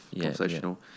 conversational